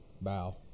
Bow